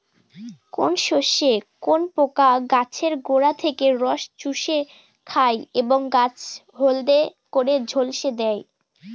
কোন শস্যে কোন পোকা গাছের গোড়া থেকে রস চুষে খায় এবং গাছ হলদে করে ঝলসে দেয়?